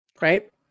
right